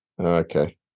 Okay